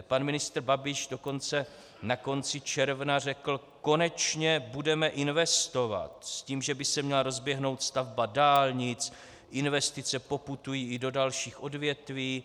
Pan ministr Babiš dokonce na konci června řekl: konečně budeme investovat, s tím, že by se měla rozběhnout stavba dálnic, investice poputují i do dalších odvětví.